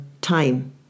time